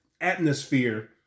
atmosphere